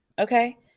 okay